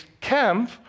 camp